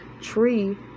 tree